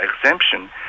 exemption